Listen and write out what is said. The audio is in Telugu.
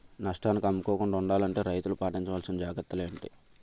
నష్టానికి అమ్ముకోకుండా ఉండాలి అంటే రైతులు పాటించవలిసిన జాగ్రత్తలు ఏంటి